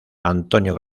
antonio